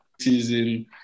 season